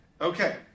Okay